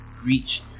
reach